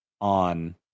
on